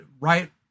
right